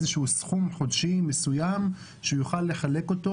איזשהו סכום חודשי מסוים שהוא יוכל לחלק אותו